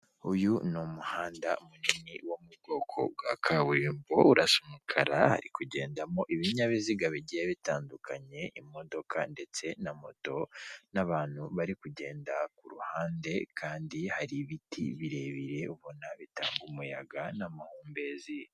Uyu ni umuhanda munini wo mu bwoko bwa kaburimbo, urasa umukara, hari kugendamo ibinyabiziga bigiye bitandukanye, imodoka ndetse na moto n'abantu bari kugenda ku ruhande, kandi hari ibiti birebire ubona bitanga umuyaga n'amahumbezi.